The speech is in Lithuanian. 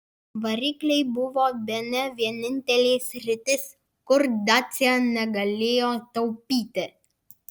varikliai buvo bene vienintelė sritis kur dacia negalėjo taupyti